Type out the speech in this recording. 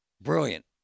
Brilliant